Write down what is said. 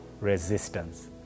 resistance